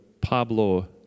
Pablo